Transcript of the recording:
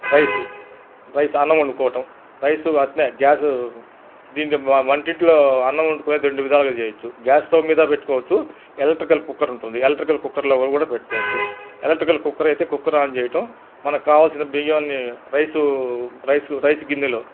rice rice అన్నమొండుకోవటం rice అట్నే gas దీంతో వంటింట్లో అన్నమొండుకొనేది రెండు విధాలుగా చేయొచ్చు గ్యాస్ స్టవ్ మీద పెట్టుకోవచ్చు ఎలక్ట్రికల్ కుక్కరుంటుంది ఎలక్ట్రికల్ కుక్కర్లో కూడా పెట్టుకోవచ్చు ఎలక్ట్రికల్ కుక్కరైతే కుక్కర్ ఆన్ చేయటం మనక్కావల్సిన బియ్యాన్ని రైసు రైసు రైసు గిన్నెలో